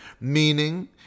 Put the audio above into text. Meaning